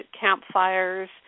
campfires